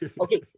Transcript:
Okay